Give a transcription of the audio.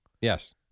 Yes